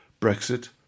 Brexit